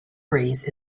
breeze